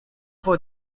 for